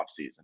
offseason